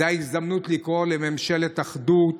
זו ההזדמנות לקרוא לממשלת אחדות,